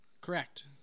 Correct